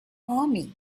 army